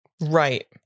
Right